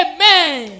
Amen